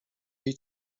jej